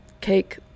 cake